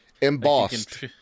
Embossed